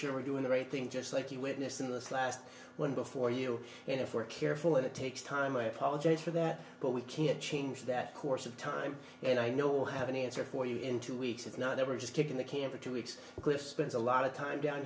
sure we're doing the right thing just like the witness in this last one before you and if we're careful it takes time i apologize for that but we can't change that course of time and i know we'll have an answer for you in two weeks if not ever just kicking the can for two weeks cliff spends a lot of time down